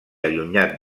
allunyat